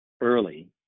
early